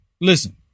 Listen